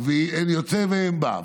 אין יוצא ואין בא.